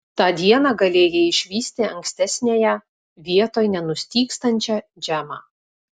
tą dieną galėjai išvysti ankstesniąją vietoj nenustygstančią džemą